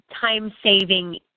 time-saving